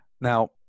Now